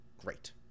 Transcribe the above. great